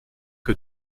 que